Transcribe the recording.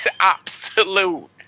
absolute